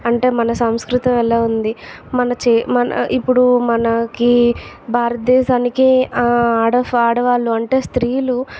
అంటే మన సంస్కృతి ఎలా ఉంది మన చే మన ఇప్పుడు మనకి భారతదేశానికి అడఫ్ ఆడవాళ్ళు అంటే స్త్రీలు